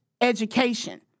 education